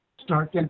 Stark